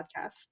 podcast